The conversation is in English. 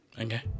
Okay